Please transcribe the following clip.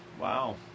Wow